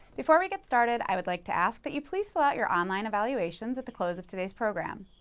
before we get started, i would like to ask that you please fill out your online evaluations at the close of today's program.